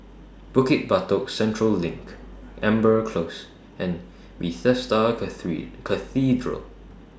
Bukit Batok Central LINK Amber Close and Bethesda Cathedral